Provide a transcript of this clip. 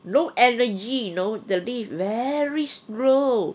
no energy you know the lift very slow